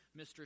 Mr